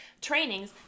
trainings